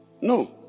No